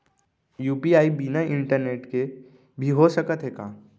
UPI बिना internet के भी हो सकत हे का?